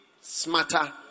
smarter